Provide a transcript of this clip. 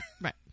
Right